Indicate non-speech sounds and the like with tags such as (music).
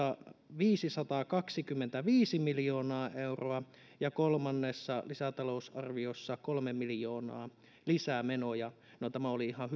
viisisataakaksikymmentäviisi miljoonaa euroa ja kolmannessa lisätalousarviossa kolme miljoonaa lisää menoja no se oli ihan (unintelligible)